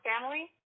family